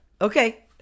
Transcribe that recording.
Okay